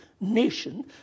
nation